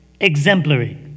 exemplary